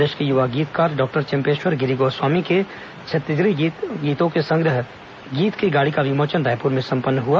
प्रदेश के युवा गीताकार डॉक्टर चंपेश्वर गिरी गोस्वामी के छत्तीसगढ़ी गीतों के संग्रह गीत के गाड़ी का विमोचन रायपुर में संपन्न हुआ